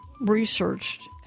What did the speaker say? researched